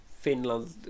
Finland